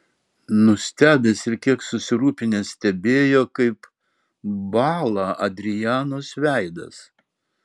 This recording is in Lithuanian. nustebęs ir kiek susirūpinęs stebėjo kaip bąla adrianos veidas